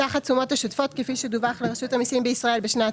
סך התשומות השוטפות כפי שדווח לרשות המסים בישראל בשנת